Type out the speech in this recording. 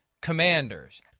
Commanders